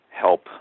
help